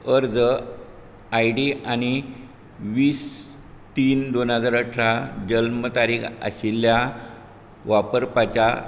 अर्ज आयडी आनी वीस तीन दोन हजार अठरा जल्म तारीख आशिल्ल्या वापरपाच्या